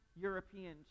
European